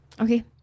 Okay